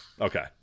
okay